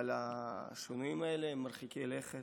אבל השינויים האלה הם מרחיקי לכת,